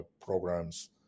programs